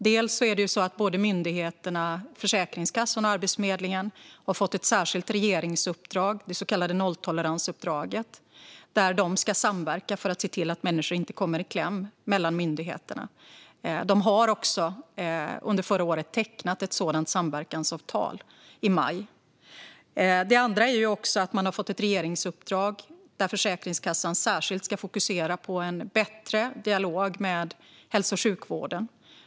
Det ena är att myndigheterna, både Försäkringskassan och Arbetsförmedlingen, har fått ett särskilt regeringsuppdrag, det så kallade nolltoleransuppdraget, där de ska samverka för att se till att människor inte kommer i kläm mellan myndigheterna. De tecknade ett sådant samverkansavtal i maj förra året. Det andra är att Försäkringskassan har fått ett regeringsuppdrag där de särskilt ska fokusera på en bättre dialog med hälso och sjukvården.